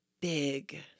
big